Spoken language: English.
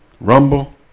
rumble